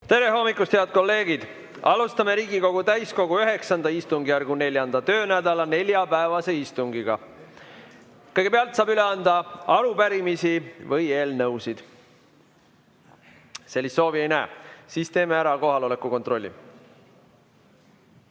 Tere hommikust, head kolleegid! Alustame Riigikogu täiskogu IX istungjärgu 4. töönädala neljapäevast istungit. Kõigepealt saab üle anda arupärimisi või eelnõusid. Sellist soovi ei näe. Siis teeme ära kohaloleku kontrolli.